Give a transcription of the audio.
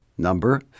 Number